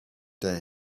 day